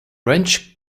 wrench